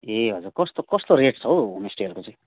ए हजुर कस्तो कस्तो रेट छ हौ होमस्टेहरूको चाहिँ